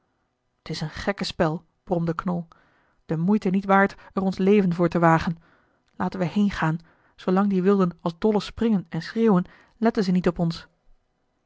t is een gekkenspel bromde knol de moeite niet waard er ons leven voor te wagen laten we heengaan zoolang die wilden als dollen springen en schreeuwen letten ze niet op ons